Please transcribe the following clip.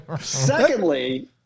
Secondly